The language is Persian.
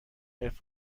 حرفه